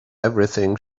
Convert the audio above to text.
everything